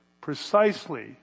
precisely